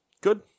good